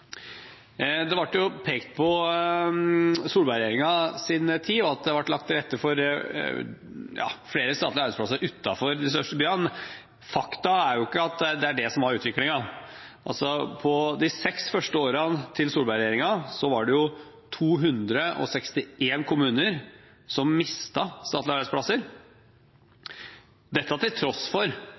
Det ble pekt på Solberg-regjeringens tid, og at det har vært lagt til rette for flere statlige arbeidsplasser utenfor de største byene. Fakta er at det ikke er det som var utviklingen. På de seks første årene til Solberg-regjeringen var det 261 kommuner som mistet statlige arbeidsplasser – dette til tross for